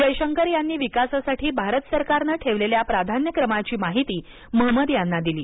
जयशंकर यांनी विकासासाठी भारत सरकारनं ठरवलेल्या प्राधान्यक्रमाची माहिती महंमद यांना दिली